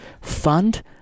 fund